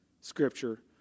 scripture